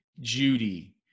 Judy